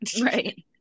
Right